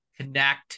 connect